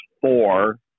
four